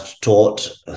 taught